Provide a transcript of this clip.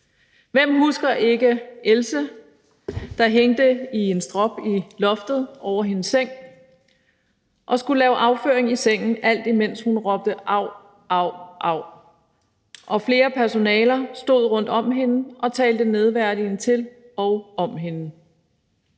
Hvem husker ikke Else, der hang i en strop i loftet over hendes seng og skulle lave afføring i sengen, alt imens hun råbte: Av, av, av? Og der var flere personaler, der stod rundt om hende og talte nedværdigende til og om hende.